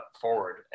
forward